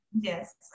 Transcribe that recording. Yes